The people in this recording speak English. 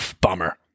bummer